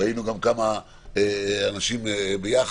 והיינו גם כמה אנשים ביחד.